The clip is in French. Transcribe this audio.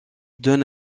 donne